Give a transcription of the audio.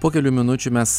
po kelių minučių mes